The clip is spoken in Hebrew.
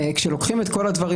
כשלוקחים את כל הדברים,